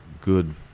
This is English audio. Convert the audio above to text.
good